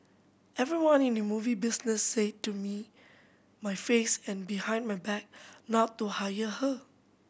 everyone in the movie business said to me my face and behind my back not to hire her